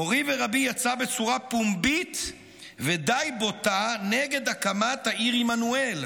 מורי ורבי יצא בצורה פומבית ודי בוטה נגד הקמת העיר עמנואל,